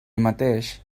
mateix